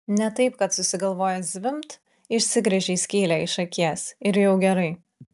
ne taip kad susigalvojęs zvimbt išsigręžei skylę iš akies ir jau gerai